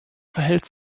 verhält